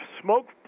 smoke